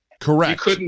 Correct